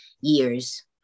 years